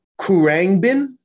Kurangbin